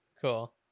Cool